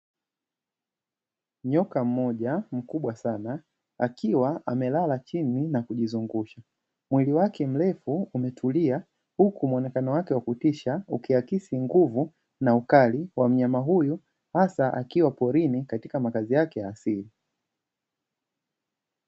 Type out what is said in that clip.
Nyoka mmoja mkubwa sana akiwa amelala chini na kujizungusha, mwili wake mrefu umetulia huku muonekano wake wa kutisha ukiakisi nguvu na ukali wa mnyama huyu, hasa akiwa porini katika makazi yake ya asili.